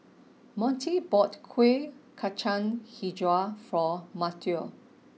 Montie bought Kuih Kacang HiJau for Mateo